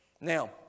Now